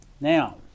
Now